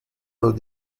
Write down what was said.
los